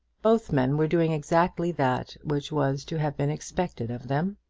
both men were doing exactly that which was to have been expected of them.